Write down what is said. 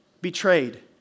Betrayed